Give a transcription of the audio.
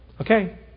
okay